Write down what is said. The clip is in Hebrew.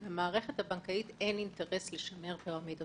למערכת הבנקאית אין אינטרס לשמר פירמידות.